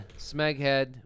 smeghead